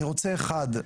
אני רוצה אחד,